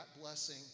blessing